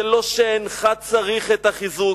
זה לא שאינך צריך את החיזוק,